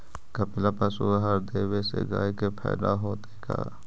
कपिला पशु आहार देवे से गाय के फायदा होतै का?